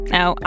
Now